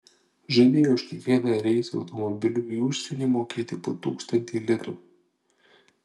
žadėjo už kiekvieną reisą automobiliu į užsienį mokėti po tūkstantį litų